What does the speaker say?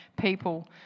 people